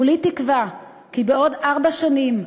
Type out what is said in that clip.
כולי תקווה כי בעוד ארבע שנים,